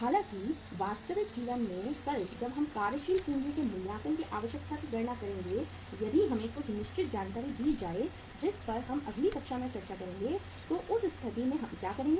हालाँकि वास्तविक जीवन में कल जब हम कार्यशील पूंजी के मूल्यांकन की आवश्यकता की गणना करेंगे यदि हमें कुछ निश्चित जानकारी दी जाए जिस पर हम अगली कक्षा में चर्चा करेंगे तो उस स्थिति में हम क्या करेंगे